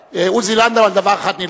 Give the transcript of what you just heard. עוזי לנדאו על דבר אחד נלחם,